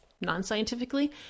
non-scientifically